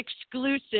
exclusive